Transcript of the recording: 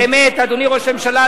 אדוני ראש הממשלה,